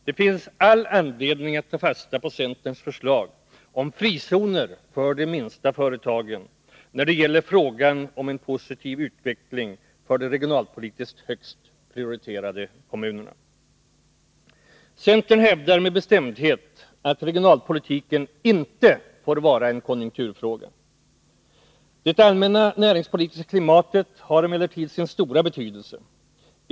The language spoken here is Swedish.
Det finns all anledning att ta fasta på centerns förslag om frizoner för de minsta företagen när det gäller frågan om en positiv utveckling för de regionalpolitiskt högst prioriterade kommunerna. Centern hävdar med bestämdhet att regionalpolitiken inte får vara en konjunkturfråga. Det allmänna näringspolitiska klimatet har emellertid sin stora betydelse.